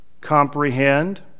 comprehend